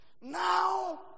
now